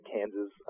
Kansas